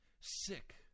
sick